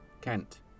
Kent